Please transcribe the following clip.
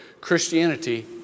Christianity